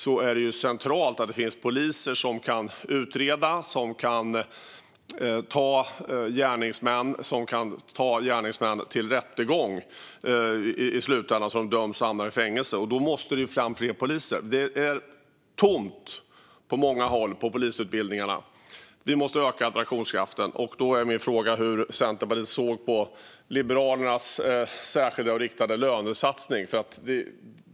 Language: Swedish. Där är det centralt att det finns poliser som kan utreda, gripa gärningsmän och i slutändan ta dem till rättegång så att de döms och hamnar i fängelse. Det måste fram fler poliser, men det är tomt på många håll på polisutbildningarna. Vi måste öka attraktionskraften. Då är min fråga hur Centerpartiet ser på Liberalernas särskilda och riktade lönesatsning.